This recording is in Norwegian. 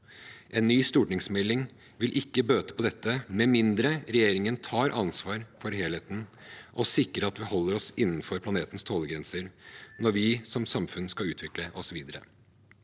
En ny stortingsmelding vil ikke bøte på dette med mindre regjeringen tar ansvar for helheten og sikrer at vi holder oss innenfor planetens tålegrenser når vi som samfunn skal utvikle oss videre.